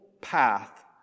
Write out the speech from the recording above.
path